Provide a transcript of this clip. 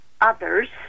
others